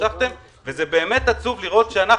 וזה באמת עצוב שאנחנו,